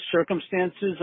circumstances